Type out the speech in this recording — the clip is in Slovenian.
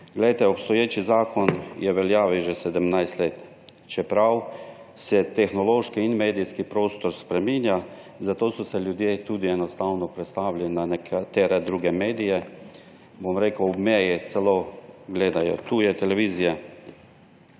Glejte, obstoječi zakon je v veljavi že 17 let, čeprav se tehnološki in medijski prostor spreminja, zato so se ljudje tudi enostavno prestavili na nekatere druge medije. Ob meji celo gledajo tuje televizije,